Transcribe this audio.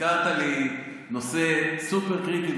הזכרת לי נושא סופר-קריטי,